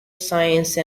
science